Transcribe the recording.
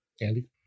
Andy